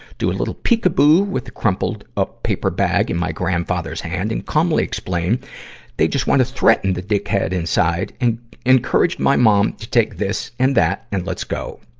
do a little peek-a-boo with the crumpled-up ah paper bag in grandfather's hand and calmly explain they just want to threaten the dickhead inside and encouraged my mom to take this and that and let's go.